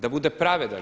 Da bude pravedan.